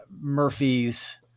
Murphy's